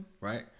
right